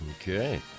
Okay